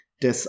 des